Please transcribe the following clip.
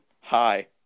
Hi